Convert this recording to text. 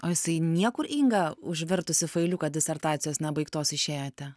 o jisai niekur inga užvertusi failiuką disertacijos nebaigtos išėjote